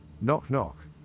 Knock-knock